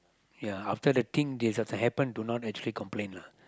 ya after the thing this kind happen do not actually complain lah